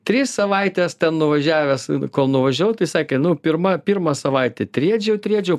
tris savaites ten nuvažiavęs kol nuvažiavau tai sakė nu pirma pirmą savaitę triedžiau triedžiau